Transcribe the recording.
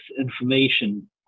information